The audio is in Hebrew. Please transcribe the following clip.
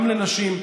גם לנשים,